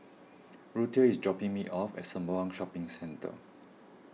Ruthie is dropping me off at Sembawang Shopping Centre